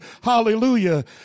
Hallelujah